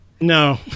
No